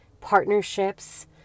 partnerships